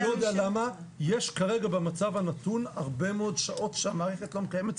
יש כרגע במצב הנתון הרבה מאוד שעות שהמערכת לא מקיימת.